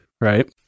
right